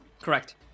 Correct